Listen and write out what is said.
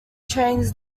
trains